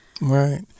Right